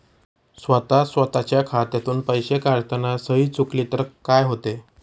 स्वतः स्वतःच्या खात्यातून पैसे काढताना सही चुकली तर काय होते?